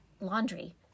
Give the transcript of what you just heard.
laundry